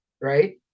right